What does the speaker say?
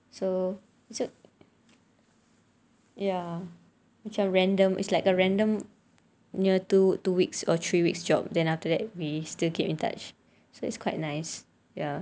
so ya macam random it's like a random near two two weeks or three weeks job then after that we still keep in touch so it's quite nice ya